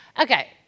Okay